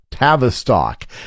Tavistock